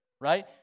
right